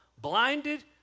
blinded